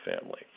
family